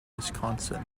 wisconsin